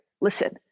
listen